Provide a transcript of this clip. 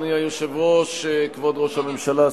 כבוד ראש הממשלה,